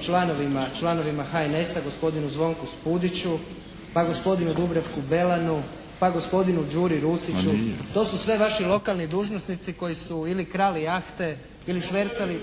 članovima, članovima HNS-a gospodinu Zvonku Spudiću, pa gospodinu Dubravku Belanu, pa gospodinu Đuri Rusiću. To su sve vaši lokalni dužnosnici koji su ili krali jahte